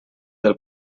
del